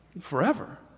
Forever